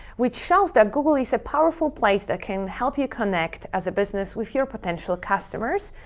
which shows that google is a powerful place that can help you connect as a business with your potential customers,